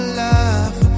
love